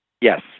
Yes